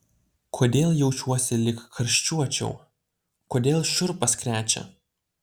kodėl jaučiuosi lyg karščiuočiau kodėl šiurpas krečia